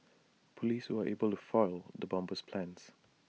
Police were able to foil the bomber's plans